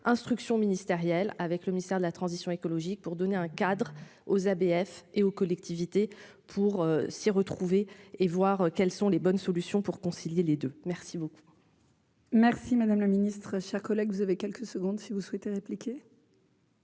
instruction ministérielle avec le ministère de la transition écologique pour donner un cadre aux ABF et aux collectivités pour s'y retrouver et voir quelles sont les bonnes solutions pour concilier les 2, merci beaucoup. Merci madame le Ministre, chers collègues, vous avez quelques secondes si vous souhaitez répliquer.